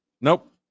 Nope